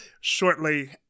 shortly